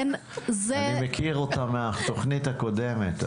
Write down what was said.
אני מכיר אותה מהתוכנית הקודמת,